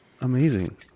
amazing